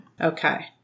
okay